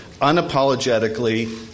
unapologetically